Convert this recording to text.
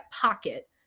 pocket